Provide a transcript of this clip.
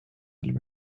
veel